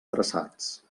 traçats